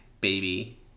baby